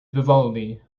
vivaldi